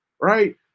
right